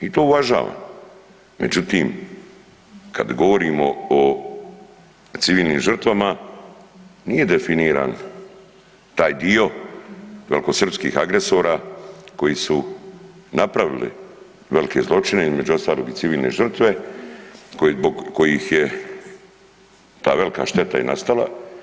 I to uvažavam, međutim, kad govorimo o civilnim žrtvama, nije definiran taj dio velikosrpskih agresora koji su napravili velike zločine između ostalog i civilne žrtve zbog kojih je ta velika šteta i nastala.